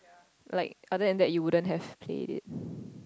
like other than that you wouldn't have played it